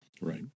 Right